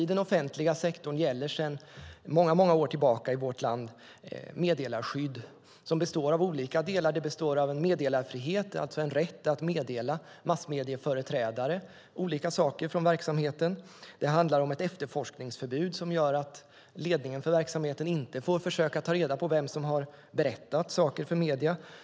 I den offentliga sektorn gäller sedan många år tillbaka i vårt land meddelarskydd som består av olika delar. Det består av en meddelarfrihet, alltså en rätt att meddela massmedieföreträdare olika saker från verksamheten. Det handlar om ett efterforskningsförbud, som gör att ledningen för verksamheten inte får försöka ta reda på vem som har berättat saker för medier.